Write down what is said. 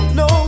no